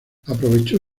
aprovechó